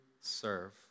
serve